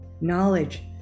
Knowledge